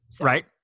right